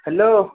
hello